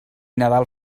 nadal